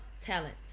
talent